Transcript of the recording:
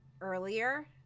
earlier